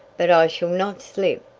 but i shall not slip.